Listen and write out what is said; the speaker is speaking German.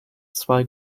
zwei